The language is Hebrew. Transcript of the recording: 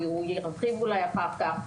ירחיב על זה אולי אחר כך.